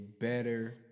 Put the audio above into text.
better